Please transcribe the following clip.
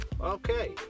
Okay